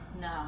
No